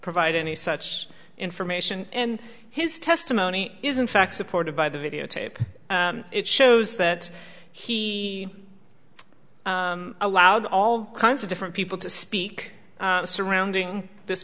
provide any such information and his testimony is in fact supported by the videotape it shows that he allowed all kinds of different people to speak surrounding this